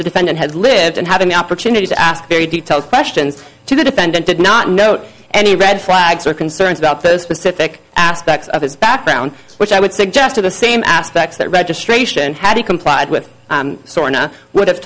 the defendant had lived and having the opportunity to ask very detailed questions to the defendant did not know any red flags or concerns about those specific aspects of his background which i would suggest are the same aspects that registration had complied with would have